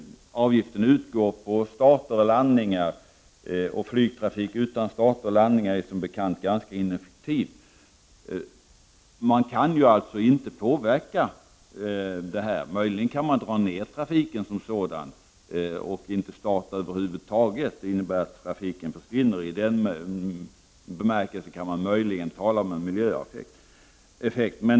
Avgift utgår på starter och landningar. En flygtrafik utan starter och landningar är som bekant ganska ineffektiv. Man kan således inte påverka avgiften. Man kan möjligen dra ner trafiken som sådan och inte starta över huvud taget. Det är ju detsamma som att trafiken försvinner. Med den utgångspunkten kan man möjligen tala om en miljöeffekt.